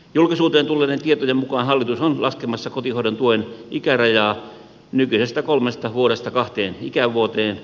julkisuuteen tulleiden tietojen mukaan hallitus on laskemassa kotihoidon tuen ikärajaa nykyisestä kolmesta vuodesta kahteen ikävuoteen